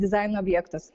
dizaino objektus